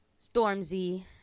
Stormzy